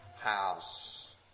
house